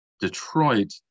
Detroit